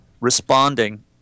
responding